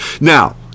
Now